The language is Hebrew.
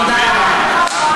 תודה רבה.